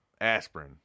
aspirin